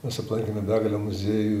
mes aplankėme begalę muziejų